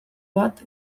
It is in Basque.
bat